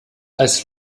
als